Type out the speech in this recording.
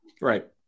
Right